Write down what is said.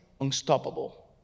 unstoppable